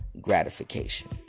gratification